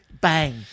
Bang